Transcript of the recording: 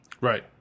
Right